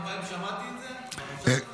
יודע כמה פעמים שמעתי את זה במושב הזה?